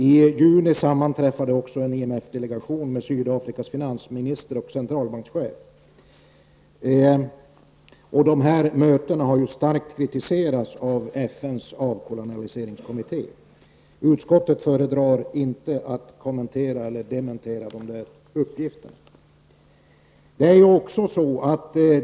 I juni sammanträffade också en IMF-delegation med Dessa möten har starkt kritiserats av FNs avkolonialiseringskommitté. Utskottet föredrar att inte kommentera eller dementera de uppgifterna.